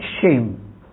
shame